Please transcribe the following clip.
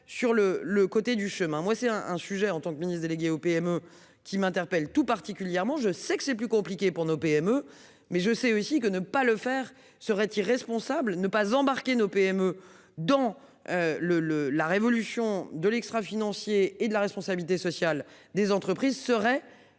sur le le côté du chemin. Moi c'est un, un sujet en tant que ministre délégué aux PME qui m'interpelle tout particulièrement je sais que c'est plus compliqué pour nos PME. Mais je sais aussi que ne pas le faire serait irresponsable ne pas embarquer, nos PME dans. Le le la révolution de l'extra financiers et de la responsabilité sociale des entreprises seraient